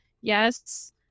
yes